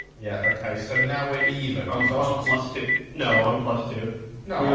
yeah, okay so now we're even i'm sorry wants to know i'm two no,